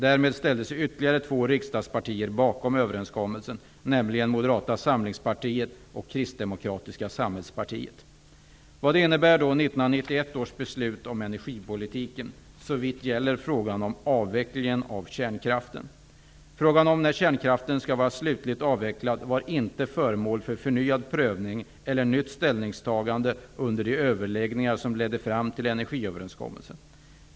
Därmed ställde sig ytterligare två riksdagspartier bakom överenskommelsen, nämligen Moderata samlingspartiet och Kristdemokratiska samhällspartiet. Vad innebär då 1991 års beslut om energipolitiken såvitt gäller frågan om avvecklingen av kärnkraften? Frågan om när kärnkraften skall vara slutligt avvecklad var inte föremål för förnyad prövning eller nytt ställningstagande under de överläggningar som ledde fram till energiöverenskommelsen.